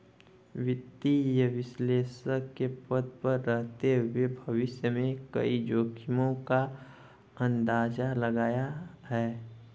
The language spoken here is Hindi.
वित्तीय विश्लेषक के पद पर रहते हुए भविष्य में कई जोखिमो का अंदाज़ा लगाया है